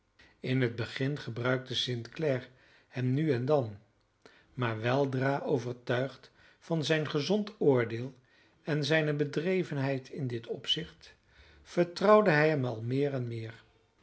in het begin gebruikte st clare hem nu en dan maar weldra overtuigd van zijn gezond oordeel en zijne bedrevenheid in dit opzicht vertrouwde hij hem al meer en meer